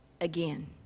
again